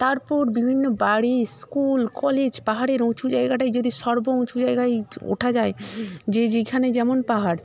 তারপর বিভিন্ন বাড়ি স্কুল কলেজ পাহাড়ের উঁচু জায়গাটায় যদি সর্ব উঁচু জায়গায় ওঠা যায় যে যেখানে যেমন পাহাড়